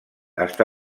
està